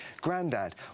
Grandad